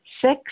Six